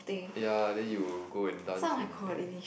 ya then you go and dance already right